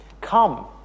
Come